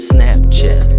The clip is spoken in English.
Snapchat